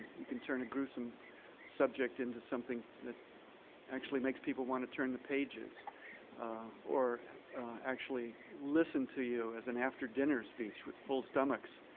you can turn a gruesome subject into something that actually makes people want to turn the pages or actually listen to you as an after-dinner speech with full stomachs